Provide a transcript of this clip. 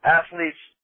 athletes